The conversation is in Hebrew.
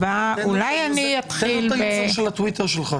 אולי אני אתחיל --- תן לו את היוזר של הטוויטר שלך,